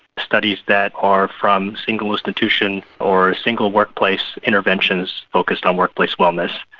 studies that are from single institution or single workplace interventions focused on workplace wellness.